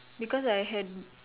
because I had